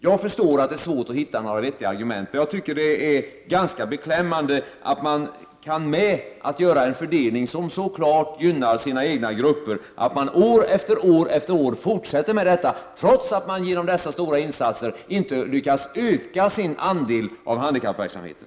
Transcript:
Jag förstår att det är svårt att hitta några vettiga argument, men jag tycker att det är ganska beklämmande att socialdemokraterna kan göra en fördelning som så klart gynnar de egna grupperna, och att de år efter år fortsätter med detta, trots att ABF med dessa stora insatser inte lyckas öka sin andel av handikappverksamheten.